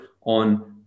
on